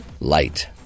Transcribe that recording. light